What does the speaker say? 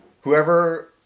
Whoever